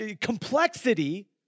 complexity